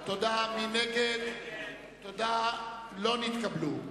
לא נתקבלה.